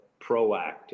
proactive